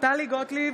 טלי גוטליב,